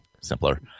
simpler